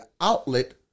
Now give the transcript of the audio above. outlet